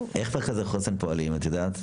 איך מרכזי חוסן פועלים, את יודעת?